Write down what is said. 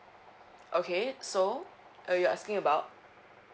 okay so uh you're asking about